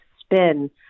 spin